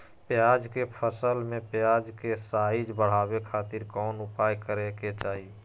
प्याज के फसल में प्याज के साइज बढ़ावे खातिर कौन उपाय करे के चाही?